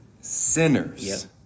sinners